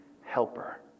helper